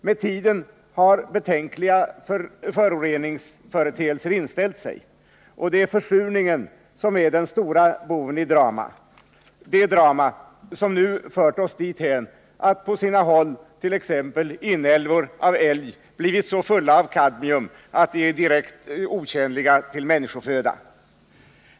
Med tiden har betänkliga föroreningsföreteelser inställt sig, och det är försurningen som är den stora boven i dramat — det drama som nu fört oss dithän att på sina håll t.ex. inälvor av älg blivit så fulla av kadmium att de är 165 direkt otjänliga till människoföda.